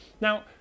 Now